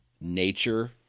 nature